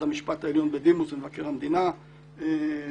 המשפט העליון בדימוס ומבקר המדינה בדימוס,